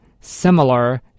similar